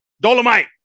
Dolomite